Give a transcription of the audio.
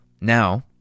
Now